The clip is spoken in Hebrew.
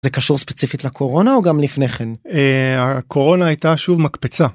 זה קשור ספציפית לקורונה או גם לפני כן? הקורונה הייתה שוב מקפצה.